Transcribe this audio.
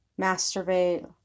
masturbate